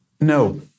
No